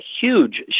huge